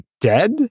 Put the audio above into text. dead